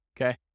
okay